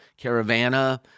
caravana